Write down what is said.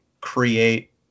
create